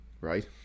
right